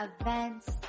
events